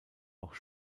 auch